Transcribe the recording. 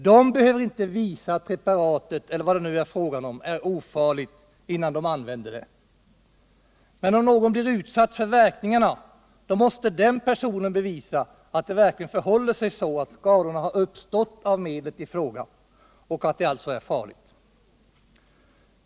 De behöver inte visa att preparatet eller vad det nu är frågan om är ofarligt innan de använder det. Men om någon blir utsatt för verkningarna, då måste den personen bevisa att det verkligen förhåller sig så, att skadorna har uppstått av medlet i fråga och att detta alltså är farligt.